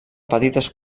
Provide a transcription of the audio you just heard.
petites